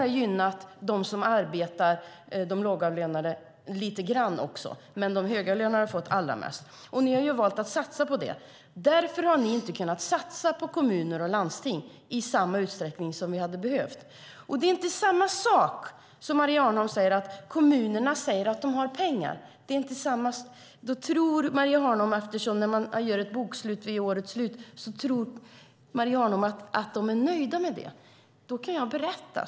Det har också gynnat de lågavlönade lite grann, men de högavlönade har fått allra mest. Ni har valt att satsa på det. Därför har ni inte kunnat satsa på kommuner och landsting i den utsträckning som hade behövts. Maria Arnholm säger att kommunerna säger att de har pengar. Eftersom man gör ett bokslut vid årets slut tror Maria Arnholm att de är nöjda med det.